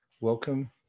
Welcome